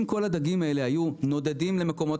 אם כל הדגים האלה היו נודדים למקומות